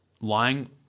lying